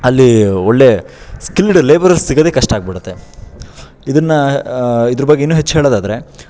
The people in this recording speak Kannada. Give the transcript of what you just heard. ಅಲ್ಲಿ ಒಳ್ಳೆಯ ಸ್ಕಿಲ್ಡ್ ಲೇಬರರ್ಸ್ ಸಿಗೋದೆ ಕಷ್ಟ ಆಗ್ಬಿಡತ್ತೆ ಇದನ್ನು ಇದ್ರ ಬಗ್ಗೆ ಇನ್ನೂ ಹೆಚ್ಚು ಹೇಳೋದಾದರೆ